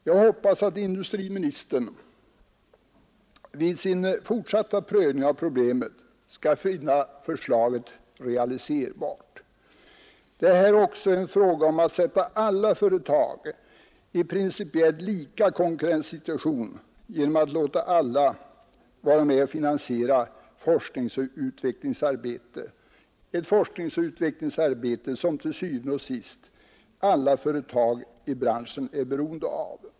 Jag hoppas att industriministern i sin fortsatta prövning av problemet skall finna förslaget realiserbart. Det är här också en fråga om att sätta alla företag i principiellt lika konkurrenssituation genom att låta alla företag vara med och finansiera forskningsoch utvecklingsarbetet, som til syvende og sidst alla företag i branschen är beroende av.